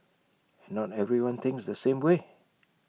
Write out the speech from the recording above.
not everyone thinks the same way